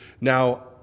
Now